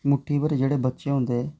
पर जेह्ड़े बच्चे होंदे न